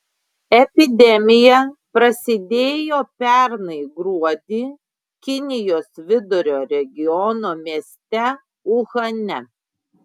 epidemija prasidėjo pernai gruodį kinijos vidurio regiono mieste uhane